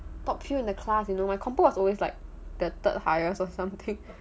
top few in the class you know my compo was always like the third highest or something